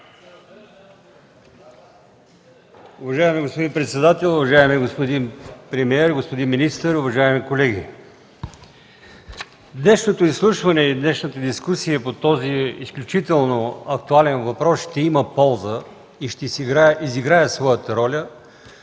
Днешното изслушване и дискусия по този изключително актуален въпрос ще има полза и ще изиграе своята роля,